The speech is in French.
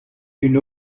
une